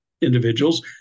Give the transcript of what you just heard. individuals